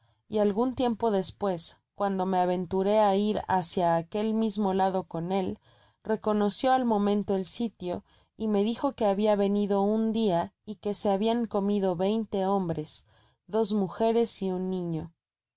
y algun tiempo despues cuan do me aventuré á ir hácia aquel mismo lado con él reconoció al momento el sitio y me dijo que babia venido un lia y que se habian comido veinte hombres dos mujeres y un niño